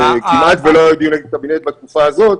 כמעט ולא היו דיוני קבינט בתקופה הזאת.